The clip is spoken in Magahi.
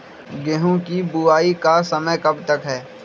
गेंहू की बुवाई का समय कब तक है?